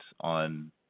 on